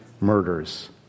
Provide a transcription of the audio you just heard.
murders